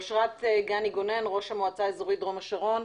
אושרת גני גונן, ראש המועצה האזורית דרום השרון,